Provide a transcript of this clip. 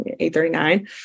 8:39